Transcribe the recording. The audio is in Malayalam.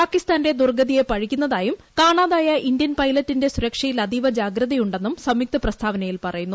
പാകിസ്ഥാന്റെ ദുർഗ്ഗതിയെ പഴിക്കുന്നതായും കാണാ തായ ഇന്ത്യൻ പൈലറ്റിന്റെ സ്റ്റിര്ക്ഷ്യിൽ അതീവ ജാഗ്രതയുണ്ടെന്നും സംയുക്ത പ്രസ്താവനയിൽ പ്പെറയുന്നു